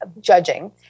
judging